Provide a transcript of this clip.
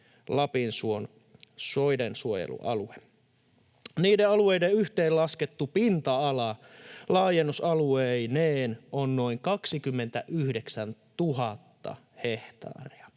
soidensuojelualue. Niiden alueiden yhteenlaskettu pinta-ala laajennusalueineen on noin 29 000 hehtaaria.